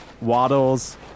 waddles